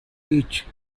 each